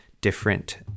different